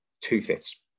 two-fifths